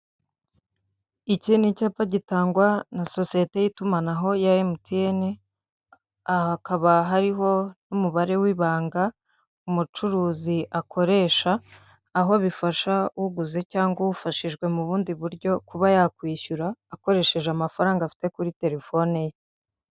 Iki ni icyapa gitangwa na sosiyete y'itumanaho ya MTN, aha hakaba hariho n'umubare w'ibanga umucuruzi akoresha, aho bifasha uguze cyangwa ufashijwe mu bundi buryo kuba yakwishyura akoresheje amafaranga afite kuri terefone ye.